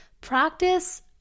Practice